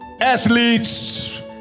athletes